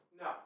No